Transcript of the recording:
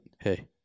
hey